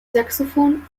saxophon